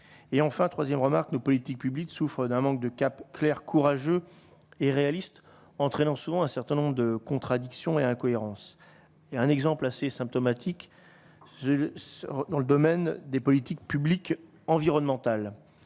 nos politiques publiques souffrent d'un manque de cap clair courageux et réaliste, entraînant souvent un certain nombre de contradictions et incohérences et un exemple assez symptomatique, je sors dans le domaine des politiques publiques environnementales,